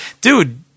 dude